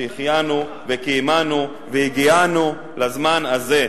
שהחיינו וקיימנו והגיענו לזמן הזה.